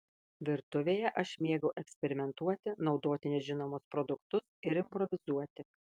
virtuvėje aš mėgau eksperimentuoti naudoti nežinomus produktus ir improvizuoti